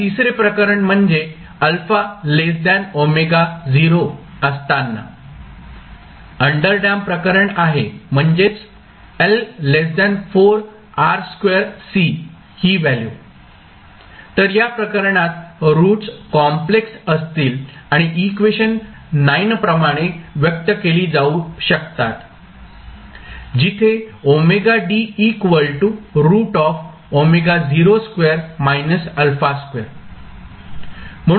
आता तिसरे प्रकरण म्हणजे असताना अंडरडॅम्प्ड प्रकरण आहे म्हणजेच ही व्हॅल्यू तर या प्रकरणात रूट्स कॉम्प्लेक्स असतील आणि इक्वेशन प्रमाणे व्यक्त केली जाऊ शकतात जिथे